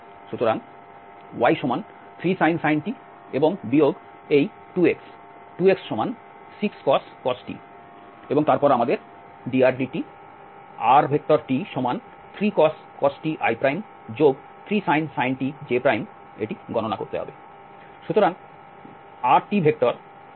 সুতরাং y3sin t এবং বিয়োগ এই 2 x 2x6cos t এবং তারপর আমাদের drdt rt3cos t i3sin t j গণনা করতে হবে